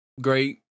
great